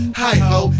hi-ho